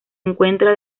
encuentra